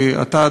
שאתה,